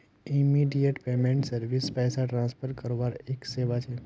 immediate payment service पैसा transfer करवार एक सेवा छ